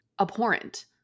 abhorrent